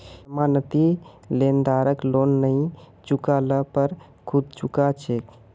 जमानती लेनदारक लोन नई चुका ल पर खुद चुका छेक